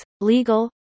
legal